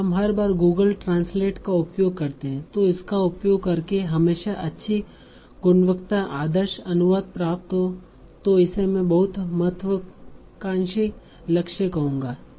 हम हर बार गूगल ट्रांसलेट का उपयोग करते हैं तो उसका प्रयोग करके हमेशा अच्छी गुणवत्ता आदर्श अनुवाद प्राप्त हो तो इसे मैं बहुत महत्वाकांक्षी लक्ष्य कहूंगा